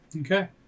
Okay